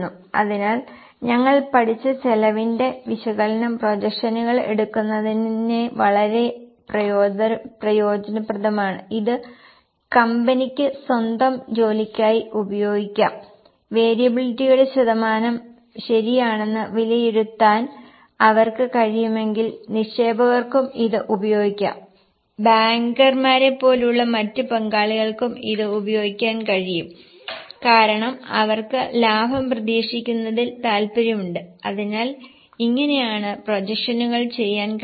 അതിനാൽ ഞങ്ങൾ പഠിച്ച ചെലവിന്റെ വിശകലനം പ്രൊജക്ഷനുകൾ എടുക്കുന്നതിനെ വളരെ ഉപയോഗപ്രദമാണ് ഇത് കമ്പനിക്ക് സ്വന്തം ജോലിക്കായി ഉപയോഗിക്കാം വേരിയബിളിറ്റിയുടെ ശതമാനം ശരിയാണെന്ന് വിലയിരുത്താൻ അവർക്ക് കഴിയുമെങ്കിൽ നിക്ഷേപകർക്കും ഇത് ഉപയോഗിക്കാം ബാങ്കർമാരെപ്പോലുള്ള മറ്റ് പങ്കാളികൾക്കും ഇത് ഉപയോഗിക്കാൻ കഴിയും കാരണം അവർക്കും ലാഭം പ്രതീക്ഷിക്കുന്നതിൽ താൽപ്പര്യമുണ്ട് അതിനാൽ ഇങ്ങനെയാണ് പ്രൊജക്ഷനുകൾ ചെയ്യാൻ കഴിയുക